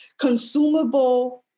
consumable